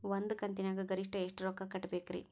ಒಂದ್ ಕಂತಿನ್ಯಾಗ ಗರಿಷ್ಠ ಎಷ್ಟ ರೊಕ್ಕ ಕಟ್ಟಬೇಕ್ರಿ?